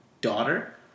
daughter